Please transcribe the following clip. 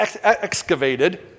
excavated